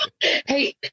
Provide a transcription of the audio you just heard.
hey